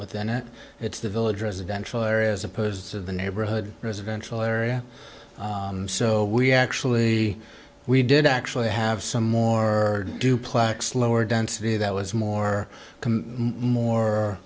within it it's the village residential areas opposed to the neighborhood residential area so we actually we did actually have some more duplex lower density that was more more